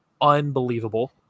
unbelievable